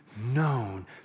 known